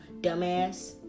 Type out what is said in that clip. dumbass